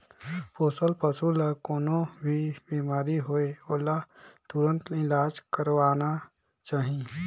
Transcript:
पोसल पसु ल कोनों भी बेमारी होये ओला तुरत इलाज करवाना चाही